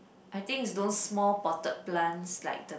I think is those small potted plants like the